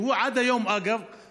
שהוא עד היום פנוי,